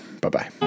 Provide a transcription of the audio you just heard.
Bye-bye